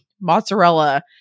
Mozzarella